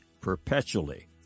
perpetually